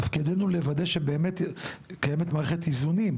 תפקידנו הוא לוודא שבאמת קיימת מערכת איזונים